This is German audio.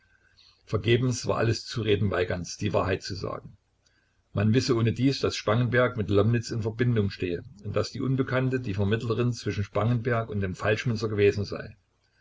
vergebens war alles zureden weigands die wahrheit zu sagen man wisse ohnedies daß spangenberg mit lomnitz in verbindung stehe und daß die unbekannte die vermittlerin zwischen spangenberg und dem falschmünzer gewesen sei